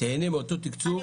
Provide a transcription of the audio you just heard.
תהנה מאותו תקצוב.